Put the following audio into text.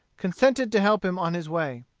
consented to help him on his way.